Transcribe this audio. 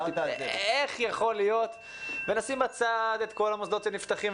נשים בצד את כל המוסדות שנפתחים,